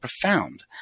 profound